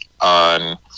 on